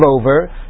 over